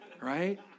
Right